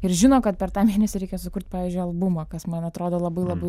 ir žino kad per tą mėnesį reikia sukurt pavyzdžiui albumą kas man atrodo labai labai